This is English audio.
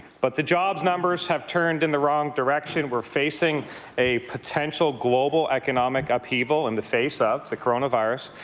but the jobs numbers have turned in the wrong direction. we're facing a potential global economic upheaval in the face of the coronavirus.